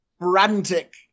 frantic